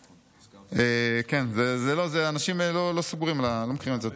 כן, אנשים לא מכירים את זה.